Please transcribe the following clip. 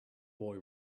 boy